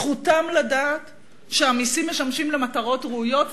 זכותם לדעת שהמסים משמשים למטרות ראויות,